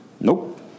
nope